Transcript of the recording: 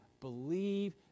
believe